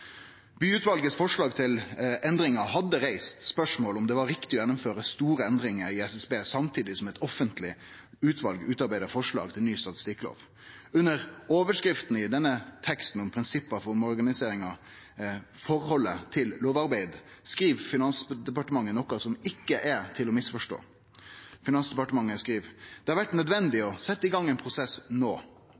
til endringar frå Bye-utvalet hadde reist spørsmål ved om det var riktig å gjennomføre store endringar i SSB samtidig som eit offentleg utval utarbeidde forslag til ny statistikklov. Under overskrifta Forholdet til lovarbeid i denne teksten om prinsippa for omorganiseringa skriv Finansdepartementet noko som ikkje er til å misforstå. Finansdepartementet skriv: «det har vært nødvendig å sette i gang en prosess nå